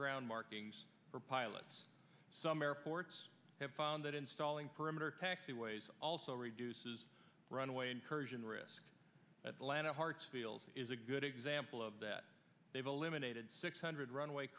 ground markings for pilots some airports have found that installing perimeter taxiways also reduces runway incursion risk atlanta hartsfield is a good example of that they've eliminated six hundred runway